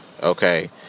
okay